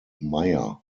meyer